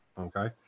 okay